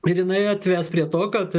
ir jinai atves prie to kad